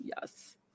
Yes